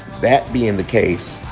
that being the case,